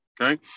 okay